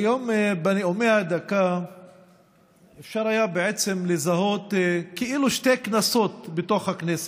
היום בנאומי הדקה אפשר היה בעצם לזהות כאילו שתי כנסות בתוך הכנסת.